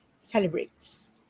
celebrates